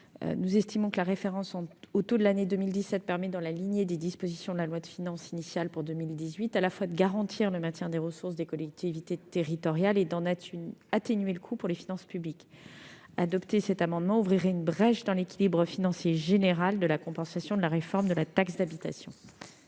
nous estimons que la référence au taux de l'année 2017 permet, dans la lignée des dispositions de la loi de finances initiale pour 2018, à la fois de garantir le maintien des ressources des collectivités territoriales et d'atténuer le coût pour les finances publiques de la réforme de la taxe d'habitation. Adopter cet amendement ouvrirait une brèche dans l'équilibre financier général de la compensation. Quel est maintenant l'avis